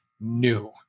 new